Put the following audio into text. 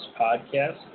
podcast